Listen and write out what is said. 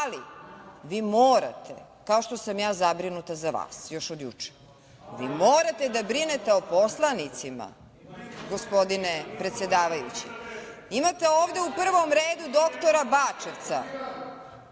ali vi morate, kao što sam ja zabrinuta za vas još od juče, vi morate da brinete o poslanicima, gospodine predsedavajući.28/1 TĐ/MP 14.40 – 14.50Imate ovde u prvom redu doktora Bačevca,